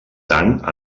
tant